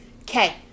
Okay